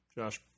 Josh